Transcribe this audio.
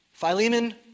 Philemon